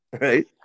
Right